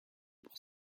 pour